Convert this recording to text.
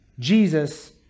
Jesus